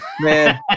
Man